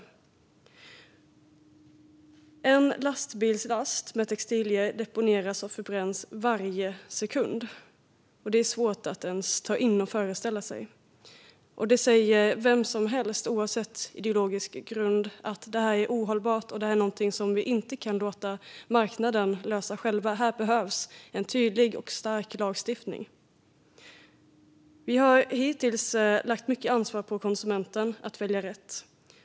En lastbilslast med textilier deponeras eller förbränns varje sekund. Det är svårt att ens ta in och föreställa sig. Vem som helst, oavsett ideologisk grund, säger att detta är ohållbart och något som vi inte kan låta marknaden lösa själv; här behövs en tydlig och stark lagstiftning. Vi har hittills lagt mycket ansvar på konsumenten att välja rätt.